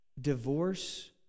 divorce